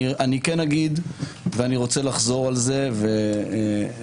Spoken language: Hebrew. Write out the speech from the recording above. אני רוצה לחזור על מה שנאמר על ידי